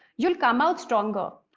you'll come out stronger.